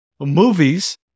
movies